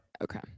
Okay